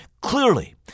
clearly